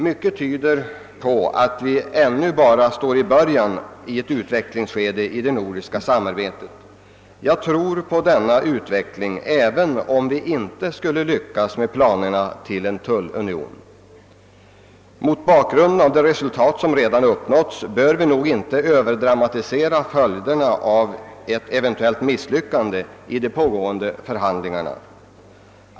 Mycket tyder på att vi ännu bara står i början av ett utvecklingsskede i det nordiska samarbetet. Jag tror mycket på denna utveckling även om vi inte skulle lyckas med planerna på tullunionen. Mot bakgrunden av de resultat som redan uppnåtts bör vi nog inte överdramatisera följderna av ett eventuellt misslyckande i de pågående förhandlingarna.